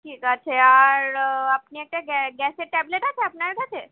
ঠিক আছে আর আপনি একটা গ্যাসের ট্যাবলেট আছে আপনার কাছে